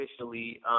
officially